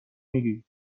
میگین